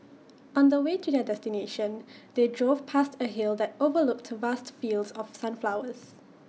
on the way to their destination they drove past A hill that overlooked vast fields of sunflowers